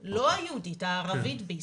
בישראל.